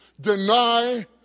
Deny